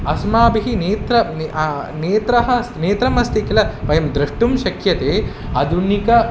अस्माभिः नेत्रः ने नेत्रः स् नेत्रमस्ति किल वयं द्रष्टुं शक्यते आधुनिकः